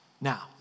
now